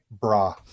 Bra